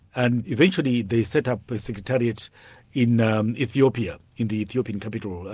and eventually they set up a secretariat in um ethiopia in the ethiopian capital,